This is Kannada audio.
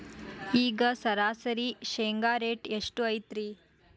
ಈಗ ಸರಾಸರಿ ಶೇಂಗಾ ರೇಟ್ ಎಷ್ಟು ಐತ್ರಿ?